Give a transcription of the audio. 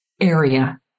area